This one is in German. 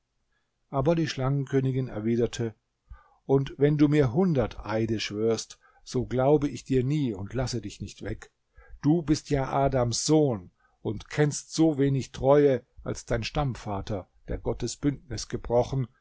aber die schlangenkönigin erwiderte und wenn du mir hundert eide schwörst so glaube ich dir nie und lasse dich nicht weg du bist ja adams sohn und kennst so wenig treue als dein stammvater der gottes bündnis gebrochen